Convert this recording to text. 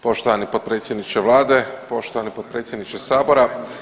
Poštovani potpredsjedniče vlade, poštovani potpredsjedniče sabora.